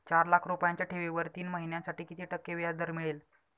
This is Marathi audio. चार लाख रुपयांच्या ठेवीवर तीन महिन्यांसाठी किती टक्के व्याजदर मिळेल?